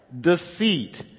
deceit